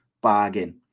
bargain